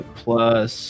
plus